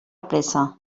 pressa